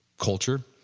culture?